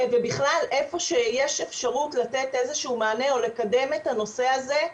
ובכלל איפה שיש אפשרות לתת איזשהו מענה או לקדם את הנושא הזה,